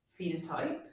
phenotype